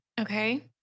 okay